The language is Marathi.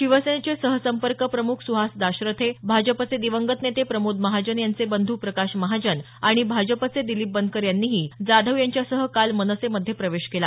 शिवसेनेचे सहसंपर्क प्रमुख सुहास दाशरथे भाजपचे दिवंगत नेते प्रमोद महाजन यांचे बंधू प्रकाश महाजन आणि भाजपचे दिलीप बनकर यांनीही जाधव यांच्यासह काल मनसेमध्ये प्रवेश केला